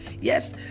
Yes